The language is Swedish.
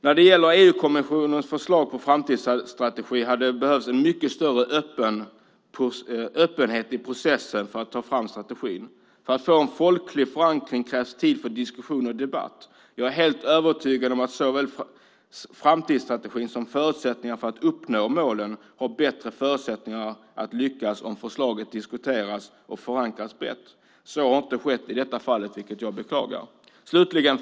När det gäller EU-kommissionens förslag på framtidsstrategi hade det behövts en mycket större öppenhet i processen för att ta fram strategin. För att få en folklig förankring krävs tid för diskussion och debatt. Jag är helt övertygad om att såväl framtidsstrategin som förutsättningarna för att uppnå målen har bättre förutsättningar att lyckas om förslagen diskuteras och förankras brett. Så har inte skett i det här fallet, vilket jag beklagar. Fru talman!